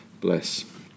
Bless